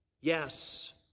Yes